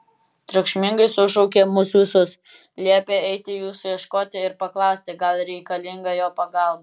triukšmingai sušaukė mus visus liepė eiti jūsų ieškoti ir paklausti gal reikalinga jo pagalba